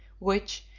which,